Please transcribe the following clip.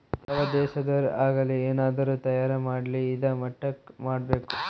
ಯಾವ್ ದೇಶದೊರ್ ಆಗಲಿ ಏನಾದ್ರೂ ತಯಾರ ಮಾಡ್ಲಿ ಇದಾ ಮಟ್ಟಕ್ ಮಾಡ್ಬೇಕು